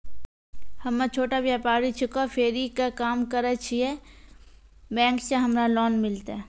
हम्मे छोटा व्यपारी छिकौं, फेरी के काम करे छियै, बैंक से हमरा लोन मिलतै?